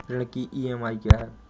ऋण की ई.एम.आई क्या है?